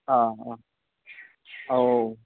अ अ औ